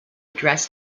address